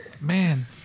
Man